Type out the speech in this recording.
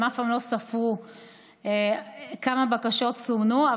הם אף פעם לא ספרו כמה בקשות סומנו.